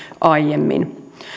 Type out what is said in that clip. aiemmin